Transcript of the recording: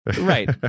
Right